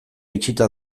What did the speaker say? itxita